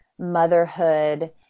motherhood